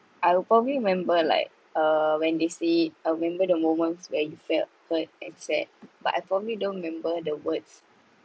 I'll probably remember like uh when they say the moments where you felt hurt and sad but I probably don't remember the words